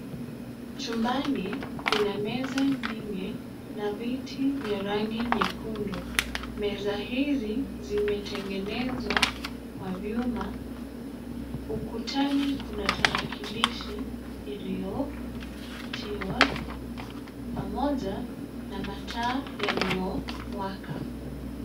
Chumbani kuna meza nyingi na viti vya rangi nyekundu. Meza hizi zimetengenezwa kwa vyuma. Ukutani kuna tarakilishi iliyotiwa pamoja na mataa yaliyowaka.